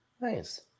Nice